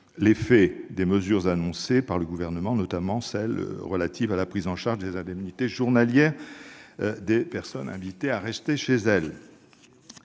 l'effet des mesures annoncées par le Gouvernement, notamment celles qui sont relatives à la prise en charge des indemnités journalières des personnes invitées à rester chez elles.